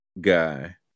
guy